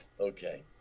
Okay